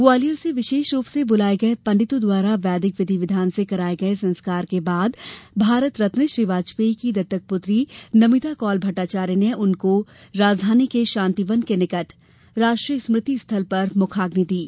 ग्वालियर से विशेष रुप से बुलाए गए पंडितों द्वारा वैदिक विधि विधान से कराये गये संस्कार के बाद भारत रत्न श्री वाजपेयी की दत्तक पुत्री नमिता कौल भट्टाचार्य ने उनको राजधानी के शांतिवन के निकट राष्ट्रीय स्मृति स्थल पर मुखाग्नि दी